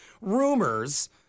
rumors